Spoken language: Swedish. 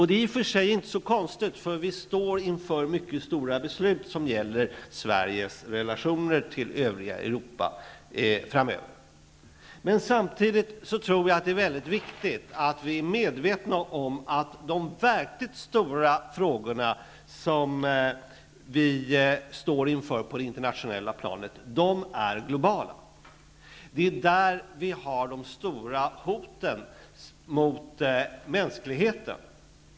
Det är i och för sig inte så konstigt, eftersom vi står inför mycket stora beslut som gäller Sveriges relationer till övriga Europa framöver. Samtidigt är det viktigt att vi är medvetna om att de verkligt stora frågorna som vi står inför på det internationella planet är globala. Det är där vi har de stora hoten mot mänskligheten.